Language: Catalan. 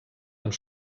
amb